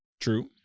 True